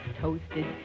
toasted